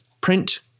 print